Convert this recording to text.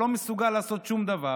שלא מסוגל לעשות שום דבר.